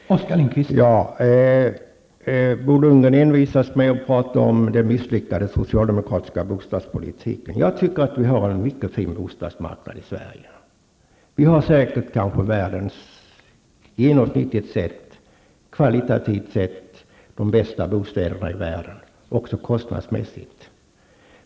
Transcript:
Herr talman! Bo Lundgren envisas med att tala om den misslyckade socialdemokratiska bostadspolitiken. Jag tycker att vi har en mycket fin bostadsmarknad i Sverige. Vi har kvalitativt sett och även kostnadsmässigt kanske de bästa bostäderna i världen.